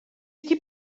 wedi